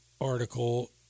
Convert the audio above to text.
article